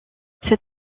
cet